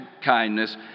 kindness